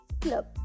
club